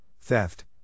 theft